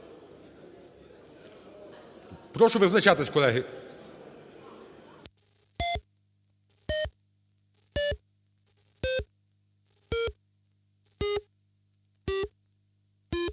Прошу визначатись, колеги.